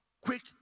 quick